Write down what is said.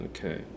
Okay